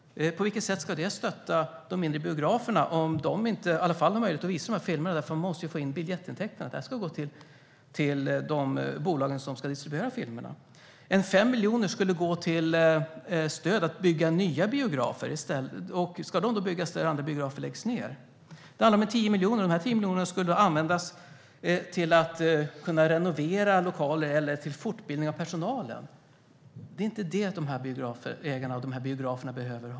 På vilket sätt ska det stötta de mindre biograferna, när de inte har möjlighet att visa de filmerna, eftersom de måste få in biljettintäkter? Detta ska ju gå till de bolag som ska distribuera filmerna. 5 miljoner kronor skulle gå till stöd för att bygga nya biografer. Ska de byggas där andra biografer läggs ned? 10 miljoner kronor skulle användas för att renovera lokaler eller för fortbildning av personalen. Det är inte det som de här biografägarna och biograferna behöver!